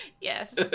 Yes